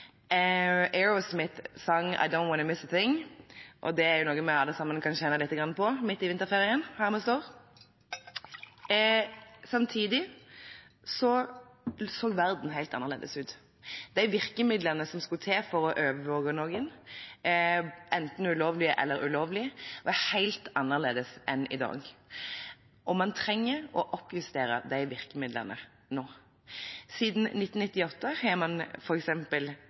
og det er noe vi alle sammen kan kjenne litt på, midt i vinterferien, her vi står. Samtidig så verden helt annerledes ut. De virkemidlene som skulle til for å overvåke noen, enten lovlig eller ulovlig, var helt annerledes enn i dag, og man trenger å oppjustere virkemidlene nå. Siden 1998 har man